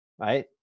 Right